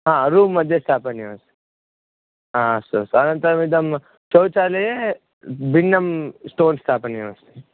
ह रूम्मध्ये स्थापनीयमस्ति हा अस्तु अस्तु अनन्तरम् इदं शौचालये भिन्नं स्टोन् स्थापनीयमस्ति